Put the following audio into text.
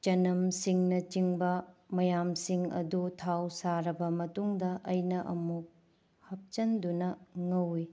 ꯆꯅꯝ ꯁꯤꯡꯅ ꯆꯤꯡꯕ ꯃꯌꯥꯝꯁꯤꯡ ꯑꯗꯨ ꯊꯥꯎ ꯁꯥꯔꯕ ꯃꯇꯨꯡꯗ ꯑꯩꯅ ꯑꯃꯨꯛ ꯍꯥꯞꯆꯟꯗꯨꯅ ꯉꯧꯋꯤ